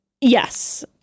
yes